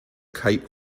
kite